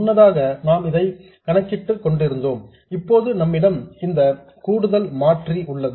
முன்னதாக இதை நாம் கணக்கிட்டு கொண்டிருந்தோம் இப்போது நம்மிடம் இந்த கூடுதல் மாற்றி உள்ளது